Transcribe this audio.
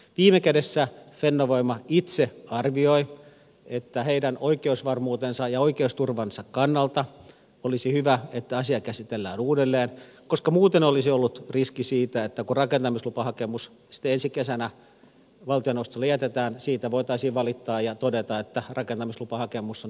viime kädessä fennovoima itse arvioi että heidän oikeusvarmuutensa ja oikeusturvansa kannalta olisi hyvä että asia käsitellään uudelleen koska muuten olisi ollut riski siitä että kun rakentamislupahakemus sitten ensi kesänä valtioneuvostolle jätetään siitä voitaisiin valittaa ja todeta että rakentamislupahakemus on periaatepäätöksen vastainen